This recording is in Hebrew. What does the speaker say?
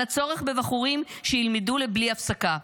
על הצורך בבחורים שילמדו בלי הפסקה,